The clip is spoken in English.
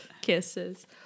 Kisses